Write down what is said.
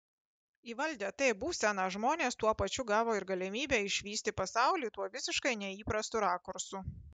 įvaldę t būseną žmonės tuo pačiu gavo ir galimybę išvysti pasaulį tuo visiškai neįprastu rakursu